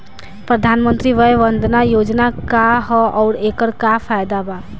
प्रधानमंत्री वय वन्दना योजना का ह आउर एकर का फायदा बा?